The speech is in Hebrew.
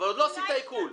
אבל עוד לא עשית עיקול,